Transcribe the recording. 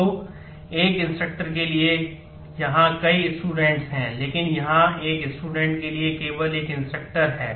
तो एक इंस्ट्रक्टर हैं